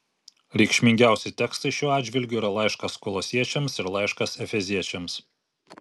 reikšmingiausi tekstai šiuo atžvilgiu yra laiškas kolosiečiams ir laiškas efeziečiams